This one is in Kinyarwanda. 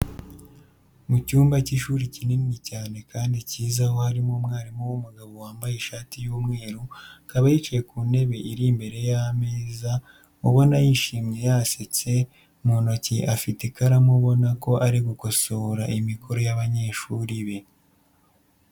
Mu cyumba cy'ishuri kinini cyane kandi cyiza aho harimo umwarimu w'umugabo wambaye ishati y'umweru, akaba yicaye ku ntebe iri imbere y'ameza ubona yishimye yasete, mu ntoki afite ikaramu ubona ko ari gukosora imikoro y'abanyeshuri be.